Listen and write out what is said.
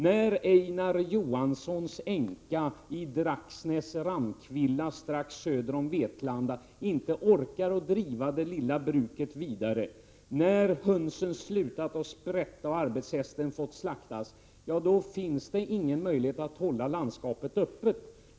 När Einar Johanssons änka i Dragsnäs, Ramkvilla strax söder om Vetlanda, inte orkar driva det lilla lantbruket vidare, när hönsen slutat sprätta och arbetshästen fått slaktas, då finns det ingen möjlighet att hålla landskapet öppet.